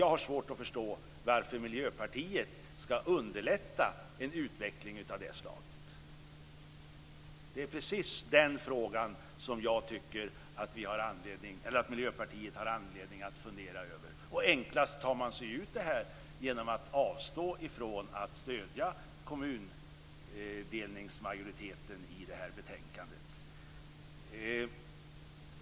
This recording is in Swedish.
Jag har svårt att förstå varför Miljöpartiet skall underlätta en utveckling av det slaget. Det är precis den frågan som jag tycker att Miljöpartiet har anledning att fundera över. Man tar sig enklast ut ur det här genom att avstå från att stödja kommundelningsmajoriteten i betänkandet.